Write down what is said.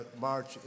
march